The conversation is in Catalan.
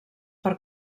per